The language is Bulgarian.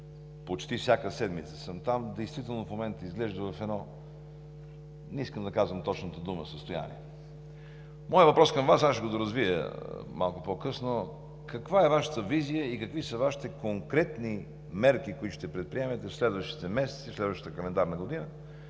почти всяка седмица съм там, действително в момента изглежда в едно, не искам да казвам точната дума, състояние. Моят въпрос към Вас, аз ще го доразвия малко по-късно, е каква е Вашата визия и какви са Вашите конкретни мерки, които ще предприемете в следващите месеци, в следващата календарна година,